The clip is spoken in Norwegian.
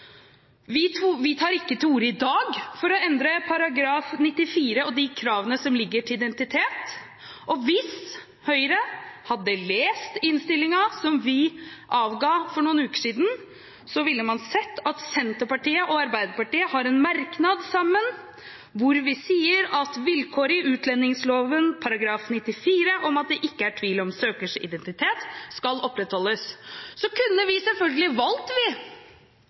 Vi tar i dag ikke til orde for å endre § 94 og kravene til identitet. Hvis Høyre hadde lest innstillingen som vi avga for noen uker siden, ville man sett at Senterpartiet og Arbeiderpartiet har en merknad sammen hvor vi sier at «vilkåret i utlendingsloven § 94 om at det ikke er tvil om søkerens identitet, skal opprettholdes». Så kunne vi selvfølgelig valgt